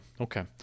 okay